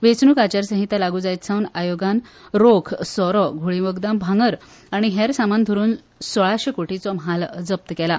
वेचणुक आचारसंहिता लागु जायत सावन आयोगान रोख सोरो घुवळीवखदां भांगर आनी हेर सामान धरुन सोळाशी कोटींचो म्हाल जप्त केला